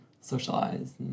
socialize